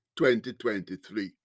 2023